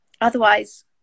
Otherwise